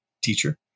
teacher